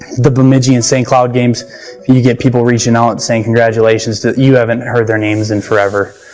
the bemidji and st. cloud games you get people reaching out saying congratulations that you haven't heard their names in forever.